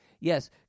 Yes